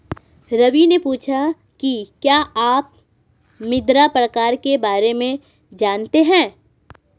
रवि ने पूछा कि क्या आप मृदा प्रकार के बारे में जानते है?